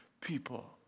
people